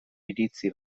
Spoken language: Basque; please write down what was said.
iritzi